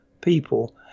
people